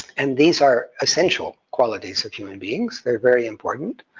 and these are essential qualities of human beings. they're very important,